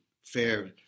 fair